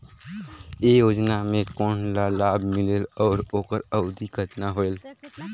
ये योजना मे कोन ला लाभ मिलेल और ओकर अवधी कतना होएल